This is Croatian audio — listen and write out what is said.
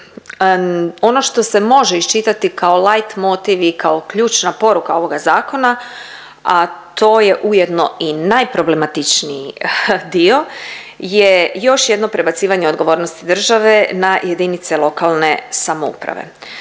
ono što se može iščitati kao light motiv i kao ključna poruka ovoga zakona, a to je ujedno i najproblematičniji dio je još jedno prebacivanje odgovornosti države na jedinice lokalne samouprave.